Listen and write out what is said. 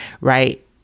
right